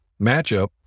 matchup